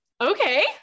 Okay